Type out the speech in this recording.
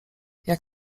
jak